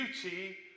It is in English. beauty